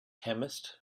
chemist